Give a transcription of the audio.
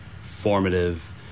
formative